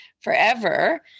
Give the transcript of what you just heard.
forever